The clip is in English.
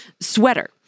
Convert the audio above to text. sweater